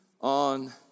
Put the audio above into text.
on